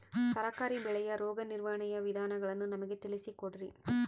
ತರಕಾರಿ ಬೆಳೆಯ ರೋಗ ನಿರ್ವಹಣೆಯ ವಿಧಾನಗಳನ್ನು ನಮಗೆ ತಿಳಿಸಿ ಕೊಡ್ರಿ?